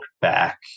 back